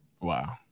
Wow